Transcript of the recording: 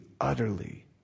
utterly